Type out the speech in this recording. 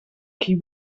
qui